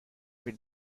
been